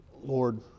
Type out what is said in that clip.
Lord